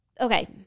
Okay